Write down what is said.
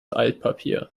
altpapier